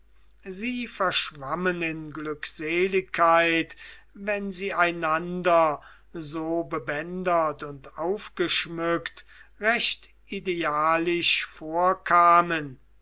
sie verschwammen in glückseligkeit wenn sie einander so bebändert und aufgeschmückt recht idealisch vorkamen